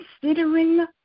considering